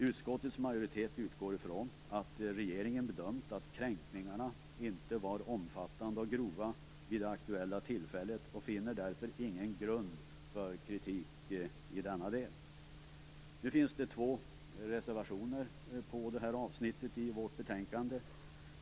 Utskottets majoritet utgår från att regeringen bedömt att kränkningarna inte var omfattande och grova vid det aktuella tillfället och finner därför ingen grund för kritik i denna del. Nu finns det två reservationer till det här avsnittet i vårt betänkande.